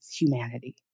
humanity